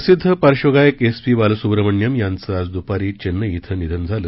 प्रसिद्ध पार्श्वगायक S P Balasubrahmanyam यांचं आज दुपारी चेन्नई इथं निधन झालं